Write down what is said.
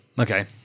Okay